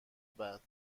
بعد